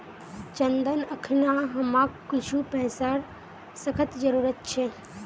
चंदन अखना हमाक कुछू पैसार सख्त जरूरत छ